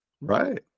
right